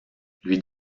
lui